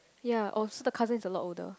yea oh so the cousin is a lot older